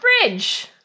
fridge